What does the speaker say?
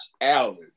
Allen